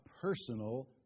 personal